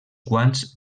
quants